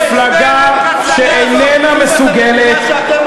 מפלגה שאיננה מסוגלת,